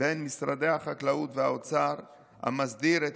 בין משרדי החקלאות והאוצר המסדיר את